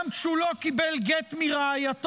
גם כשהוא לא קיבל גט מרעייתו,